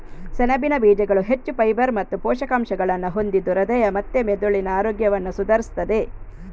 ಸೆಣಬಿನ ಬೀಜಗಳು ಹೆಚ್ಚು ಫೈಬರ್ ಮತ್ತು ಪೋಷಕಾಂಶಗಳನ್ನ ಹೊಂದಿದ್ದು ಹೃದಯ ಮತ್ತೆ ಮೆದುಳಿನ ಆರೋಗ್ಯವನ್ನ ಸುಧಾರಿಸ್ತದೆ